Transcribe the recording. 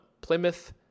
Plymouth